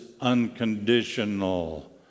unconditional